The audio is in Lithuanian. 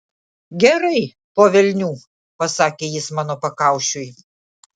gerai po velnių pasakė jis mano pakaušiui